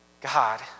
God